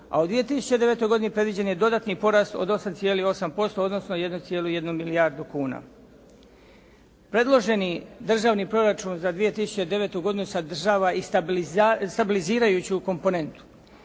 a u 2009. godini predviđen je dodatni porast od 8,8% odnosno 1,1 milijardu kuna. Predloženi Državni proračun za 2009. godinu sadržava i stabilizirajuću komponentu,